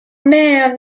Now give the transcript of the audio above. man